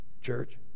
Church